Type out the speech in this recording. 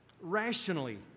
rationally